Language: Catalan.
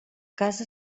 casa